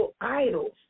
idols